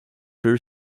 peu